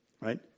right